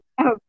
Okay